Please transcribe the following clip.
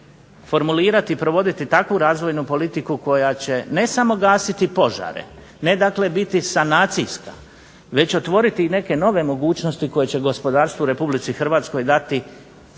formulirati i provoditi takvu razvojnu politiku koja će ne samo gasiti požare, ne dakle biti sanacijska, već otvoriti i neke nove mogućnosti koje će gospodarstvu u Republici Hrvatskoj dati